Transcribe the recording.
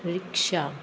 rickshaw